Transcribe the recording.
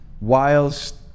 whilst